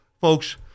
Folks